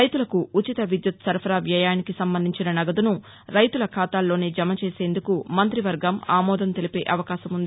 రైతులకు ఉచిత విద్యుత్ సరఫరా వ్యయానికి సంబంధించిన నగదును రైతుల ఖాతాల్లోనే జమ చేసేందుకు మంతివర్గం ఆమోదం తెలిపే అవకాశం ఉంది